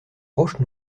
roche